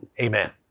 amen